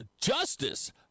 Justice